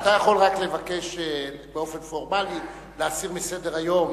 אתה יכול רק לבקש באופן פורמלי להסיר מסדר-היום,